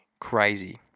crazy